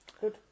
Good